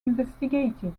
investigated